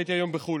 שהייתי היום בחו"ל.